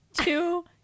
Two